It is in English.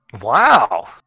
Wow